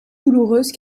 douloureuse